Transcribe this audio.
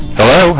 Hello